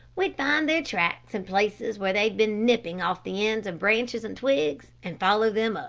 we'd find their tracks and places where they'd been nipping off the ends of branches and twigs, and follow them up.